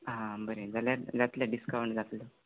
हां बरें जाल्यार जात्ले डिसकावण जात्ले